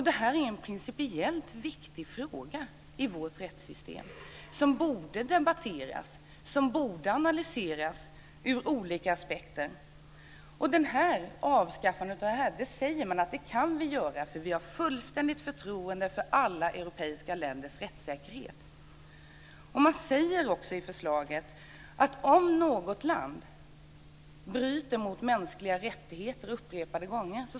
Detta är en principiellt viktig fråga i vårt rättssystem, som borde debatteras och analyseras ur olika aspekter. Man säger att vi kan avskaffa den dubbla straffbarheten därför att vi har fullständigt förtroende för alla europeiska länder när det gäller rättssäkerheten. Man säger också i förslaget att man ska kunna vägra om något land åsidosätter de mänskliga rättigheterna upprepade gånger.